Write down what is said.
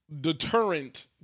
deterrent